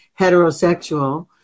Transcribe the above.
heterosexual